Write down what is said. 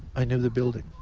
i knew the building.